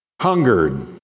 hungered